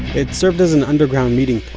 it served as an underground meeting